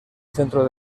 centro